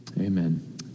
Amen